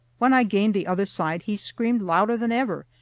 when i gained the other side, he screamed louder than ever,